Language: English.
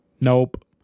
nope